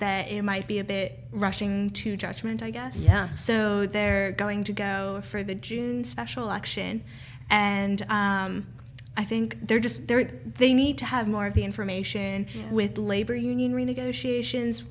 that it might be a bit rushing to judgment i guess so they're going to go for the june special election and i think they're just there they need to have more of the information with the labor union renegotiations